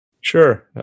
Sure